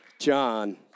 John